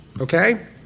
okay